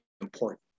important